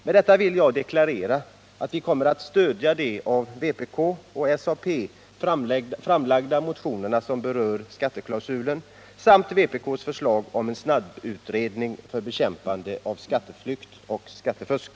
Med detta vill jag deklarera att vi kommer att stödja de av vpk och SAP framlagda motionerna som berör skatteklausulen samt vpk:s förslag om en snabbutredning för bekämpande av skatteflykt och skattefusk.